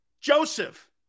Joseph